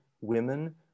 women